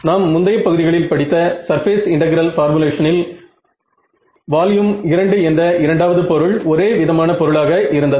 நாம் முந்தைய பகுதிகளில் படித்த சர்பேஸ் இன்டெகிரல் பார்முலேஷனில் வால்யூம் 2 என்ற இரண்டாவது பொருள் ஒரே விதமான பொருளாக இருந்தது